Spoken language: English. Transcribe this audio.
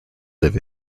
live